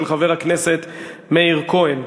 של חבר הכנסת מאיר כהן.